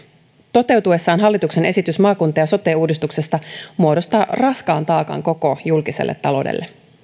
toteutuessaan hallituksen esitys maakunta ja sote uudistuksesta muodostaa raskaan taakan koko julkiselle taloudelle